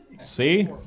See